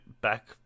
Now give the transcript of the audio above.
back